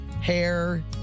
hair